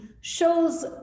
shows